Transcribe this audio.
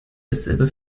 dasselbe